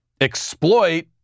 exploit